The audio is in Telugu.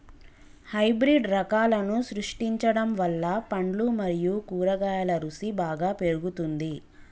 హైబ్రిడ్ రకాలను సృష్టించడం వల్ల పండ్లు మరియు కూరగాయల రుసి బాగా పెరుగుతుంది